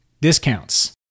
discounts